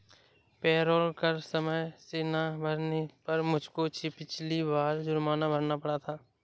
payroll कर समय से ना भरने पर मुझको पिछली बार जुर्माना भरना पड़ा था